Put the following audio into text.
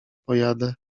pojadę